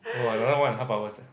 !wah! another one and half hours eh